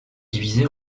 divisé